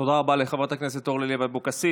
תודה רבה לחברת הכנסת אורלי לוי אבקסיס.